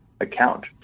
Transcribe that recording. account